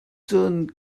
cun